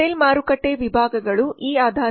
hotel ಮಾರುಕಟ್ಟೆ ವಿಭಾಗಗಳು ಈ ಆಧಾರದಲ್ಲಿವೆ